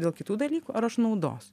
dėl kitų dalykų ar aš naudos